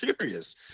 serious